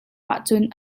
ahcun